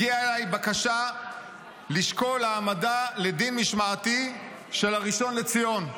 הגיעה אליי בקשה לשקול העמדה לדין משמעתי של הראשון לציון.